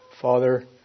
Father